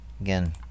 Again